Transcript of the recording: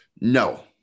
No